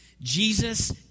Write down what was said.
Jesus